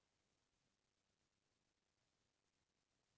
ई व्यवसाय का हे?